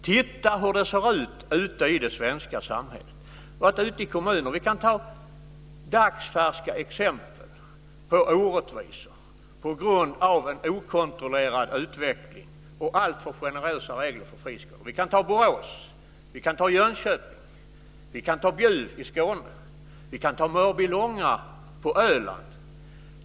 Titta hur det ser ut i det svenska samhället. Jag har varit ute i kommuner. Vi kan ta dagsfärska exempel på orättvisor på grund av en okontrollerad utveckling och alltför för generösa regler för friskolor. Vi kan som exempel ta Borås, Jönköping, Bjuv i Skåne eller Mörbylånga på Öland.